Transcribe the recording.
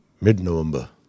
mid-November